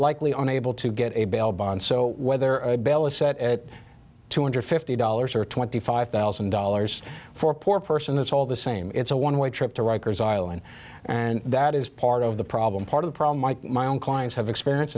likely unable to get a bail bond so whether bail is set at two hundred fifty dollars or twenty five thousand dollars for poor person it's all the same it's a one way trip to rikers island and that is part of the problem part of the problem my own clients have experience